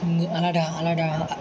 आलादा आलादा